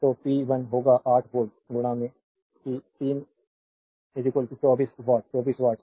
तो पी 1 होगा 8 वोल्ट कि 3 24 वाट 24 वाट